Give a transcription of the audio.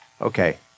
okay